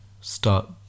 start